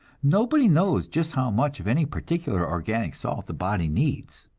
nobody knows just how much of any particular organic salt the body needs.